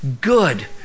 good